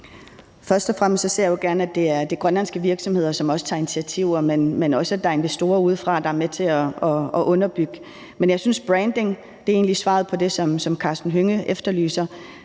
Først og fremmest ser jeg jo gerne, at det er de grønlandske virksomheder, som også tager initiativ, men også at der er investorer udefra, der er med til at underbygge projekterne. Men jeg synes, at branding egentlig er svaret på det, som Karsten Hønge efterlyser.